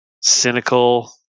cynical